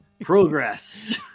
progress